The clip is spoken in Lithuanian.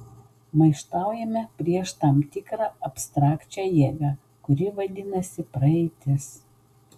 maištaujame prieš tam tikrą abstrakčią jėgą kuri vadinasi praeitis